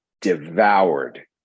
devoured